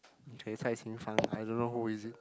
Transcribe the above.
okay Cai-Xin-Fan I don't know who is it